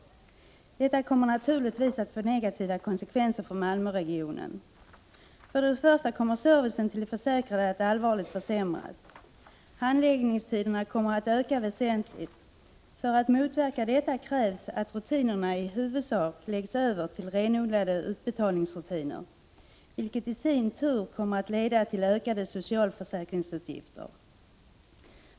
Detta kommer naturligtvis att få negativa konsekvenser för Malmöregionen. För det första kommer servicen till de försäkrade att allvarligt försämras. Handläggningstiderna kommer att öka väsentligt. För att motverka detta 9 krävs att rutinerna i huvudsak läggs över till renodlade utbetalningsrutiner, vilket i sin tur kommer att leda till ökade socialförsäkringsutgifter.